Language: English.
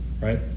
right